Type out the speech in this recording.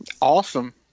Awesome